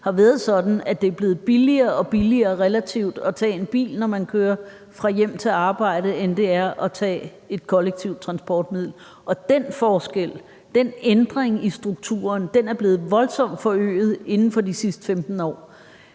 har været sådan, at det relativt er blevet billigere og billigere at tage en bil, når man kører fra hjem til arbejde, end at tage et kollektivt transportmiddel. Den forskel og den ændring i strukturen er blevet voldsomt forøget inden for de sidste 15 år,